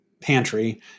pantry